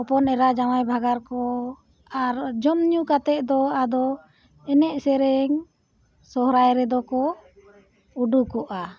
ᱦᱚᱯᱚᱱ ᱮᱨᱟ ᱡᱟᱶᱟᱭ ᱵᱷᱟᱜᱟᱨ ᱠᱚ ᱟᱨ ᱡᱚᱢᱼᱧᱩ ᱠᱟᱛᱮᱫ ᱫᱚ ᱟᱫᱚ ᱮᱱᱮᱡᱼᱥᱮᱨᱮᱧ ᱥᱚᱦᱨᱟᱭ ᱨᱮᱫᱚ ᱠᱚ ᱩᱰᱩᱠᱚᱜᱼᱟ